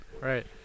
Right